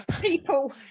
people